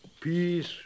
peace